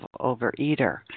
overeater